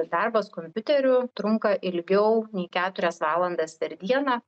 darbas kompiuteriu trunka ilgiau nei keturias valandas per dieną